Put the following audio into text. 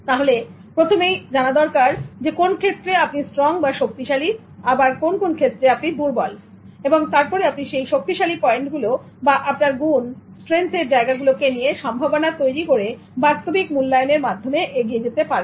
সুতরাং প্রথমেই জানা দরকার কোন ক্ষেত্রে আপনি স্ট্রং বা শক্তিশালী আবার কোন ক্ষেত্রে আপনি দুর্বল এবং তারপরে আপনি সেই শক্তিশালী পয়েন্টগুলো বা আপনার গুনস্ট্রেন্থ এর জায়গা গুলোকে নিয়ে সম্ভাবনা তৈরি করে বাস্তবিক মূল্যায়নের মাধ্যমে আপনি এগিয়ে যেতে পারবেন